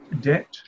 debt